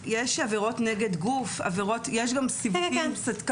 יש עבירות נגד גוף, יש כל מיני סיווגים.